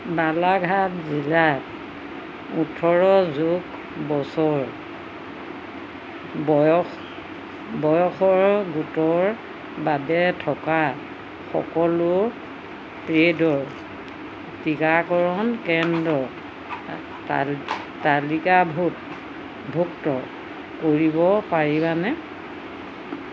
বালাঘাট জিলাত ওঠৰ যোগ বছৰ বয়সৰ গোটৰ বাবে থকা সকলো পেইডৰ টীকাকৰণ কেন্দ্ৰ তালিকাভুক্ত কৰিব পাৰিবানে